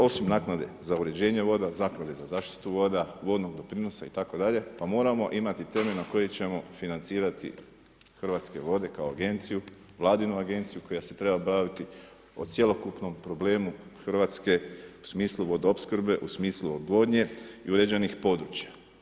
Osim naknade za uređenje vode, Zaklade za zaštitu voda, vodnog doprinosa itd. pa moramo imati temelj na kojem ćemo financirati Hrvatske vode kao agenciju, Vladinu agenciju koja se treba baviti o cjelokupnom problemu Hrvatske u smislu vodoopskrbe, u smislu odvodnje i uređenih područja.